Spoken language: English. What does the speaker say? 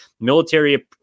military